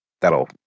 That'll